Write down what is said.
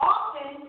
Often